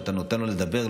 אתה נותן לו לדבר,